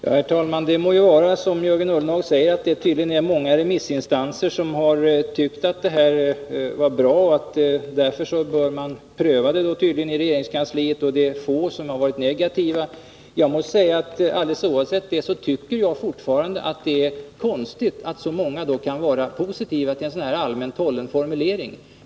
Herr talman! Det må vara som Jörgen Ullenhag säger, att många remissinstanser har tyckt att det här är bra och att man därför bör pröva saken i regeringskansliet, medan få varit negativa. Jag måste säga att jag alldeles oavsett detta anser att det är konstigt att så många kan vara positiva till en sådan här allmänt hållen formulering.